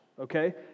Okay